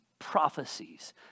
prophecies